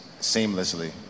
seamlessly